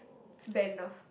it's bad enough